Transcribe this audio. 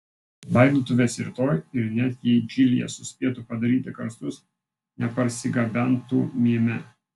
laidotuvės rytoj ir net jei džilyje suspėtų padaryti karstus neparsigabentumėme